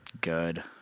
Good